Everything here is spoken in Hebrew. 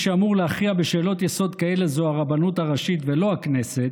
שאמור להכריע בשאלות יסוד כאלה זו הרבנות הראשית ולא הכנסת,